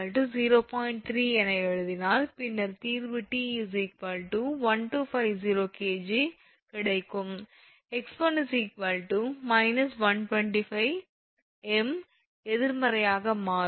3 என எழுதினால் பின்னர் தீர்வு 𝑇 1250 𝐾𝑔 கிடைக்கும் 𝑥1 −125 m எதிர்மறையாக மாறும்